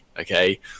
okay